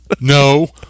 No